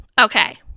Okay